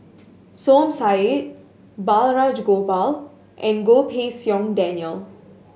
Som Said Balraj Gopal and Goh Pei Siong Daniel